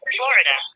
Florida